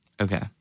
Okay